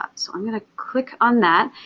um so i'm going to click on that,